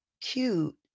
cute